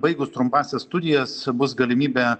baigus trumpąsias studijas bus galimybė